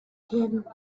can